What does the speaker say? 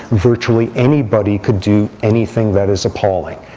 virtually anybody could do anything that is appalling.